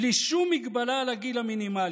בלי שום מגבלה על הגיל המינימלי.